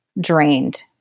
drained